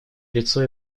лицо